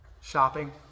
shopping